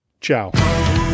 Ciao